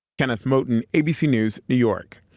kenneth moton abc news, new york.